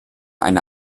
eine